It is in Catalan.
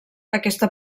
aquesta